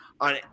on